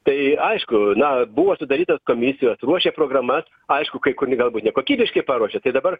tai aišku na buvo sudarytos komisijos ruošė programas aišku kai kurie galbūt nekokybiškai paruošė tai dabar